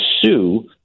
sue